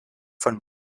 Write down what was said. von